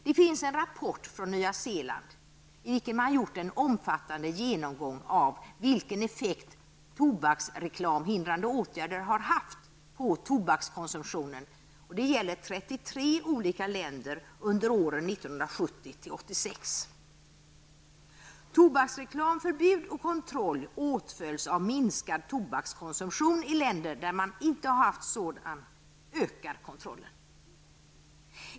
Det finns en rapport från Nya Zeeland i vilken man gjort en omfattande genomgång av vilken effekt tobaksreklamhindrande åtgärder har haft på tobakskonsumtionen i 33 olika länder under åren -- Tobaksreklamförbud och kontroll åtföljs av minskad tobakskonsumtion. I länder där man inte har haft sådan kontroll ökar konsumtionen.